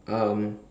um